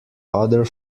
other